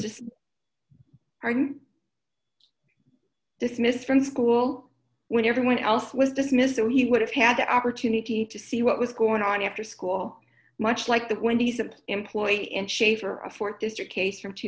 just dismissed from school when everyone else was dismissed that he would have had the opportunity to see what was going on after school much like the wendy's that employee in shafer a th district case from two